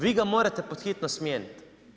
Vi ga morate pod hitno smijeniti.